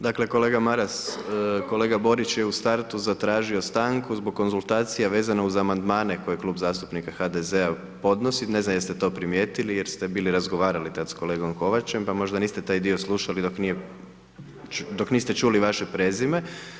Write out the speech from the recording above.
Dakle, kolega Maras, kolega Borić je u startu zatražio stanku, za konzultacije vezano uz amandmane, koje Klub zastupnika HDZ-a podnosi, ne znam jeste to primijetili, jer ste bili razgovarali tada s kolegom Kovačem, pa niste taj dio slušali, dok niste čuli vaše prezime.